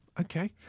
Okay